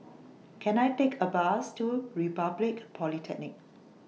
Can I Take A Bus to Republic Polytechnic